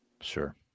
Sure